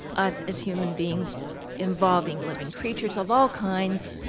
us as human beings involving living creatures of all kinds.